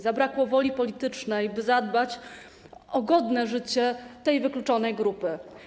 Zabrakło woli politycznej, by zadbać o godne życie tej wykluczonej grupy.